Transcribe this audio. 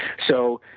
so,